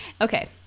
Okay